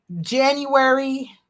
January